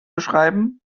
beschreiben